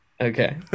okay